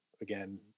again